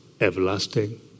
everlasting